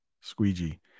squeegee